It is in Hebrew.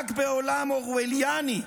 רק בעולם אורווליאני,